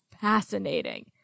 fascinating